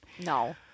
No